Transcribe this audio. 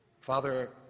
Father